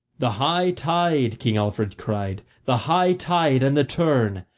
the high tide! king alfred cried. the high tide and the turn!